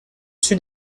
sud